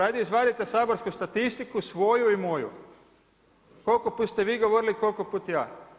Hajde izvadite saborsku statistiku svoju i moju, koliko puta ste vi govorili, koliko puta ja?